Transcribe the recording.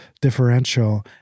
differential